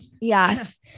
Yes